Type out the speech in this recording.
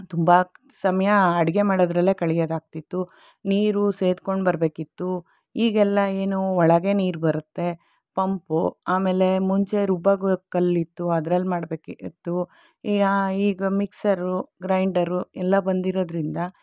ತುಂಬ ಸಮಯ ಅಡುಗೆ ಮಾಡೋದ್ರಲ್ಲೇ ಕಳಿಯೋದಾಗ್ತಿತ್ತು ನೀರು ಸೇದ್ಕೊಂಡು ಬರ್ಬೇಕಿತ್ತು ಈಗ ಎಲ್ಲ ಏನು ಒಳಗೆ ನೀರು ಬರುತ್ತೆ ಪಂಪು ಆಮೇಲೆ ಮುಂಚೆ ರುಬ್ಬೋಕ್ಕು ಕಲ್ಲಿತ್ತು ಅದರಲ್ಲಿ ಮಾಡಬೇಕಿತ್ತು ಈಗ ಮಿಕ್ಸರು ಗ್ರೈಂಡರು ಎಲ್ಲ ಬಂದಿರೋದ್ರಿಂದ